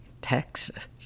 Texas